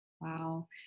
Wow